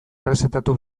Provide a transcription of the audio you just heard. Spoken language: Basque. errezetatu